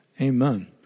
amen